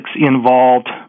involved